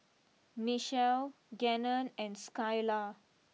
Mechelle Gannon and Skylar